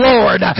Lord